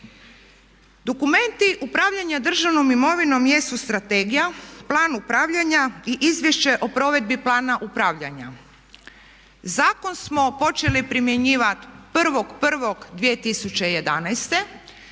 Dokumenti upravljanja državnom imovinom jesu strategija, plan upravljanja i izvješće o provedbi plana upravljanja. Zakon smo počeli primjenjivati 1.01.2011.